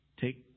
take